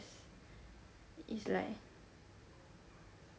it's like